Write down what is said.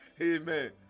Amen